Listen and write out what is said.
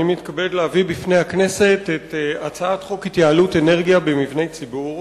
אני מתכבד להביא בפני הכנסת את הצעת חוק התייעלות אנרגיה במבני ציבור.